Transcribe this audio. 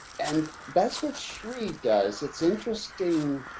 and that's what sri does. it's interesting,